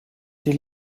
die